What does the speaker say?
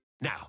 Now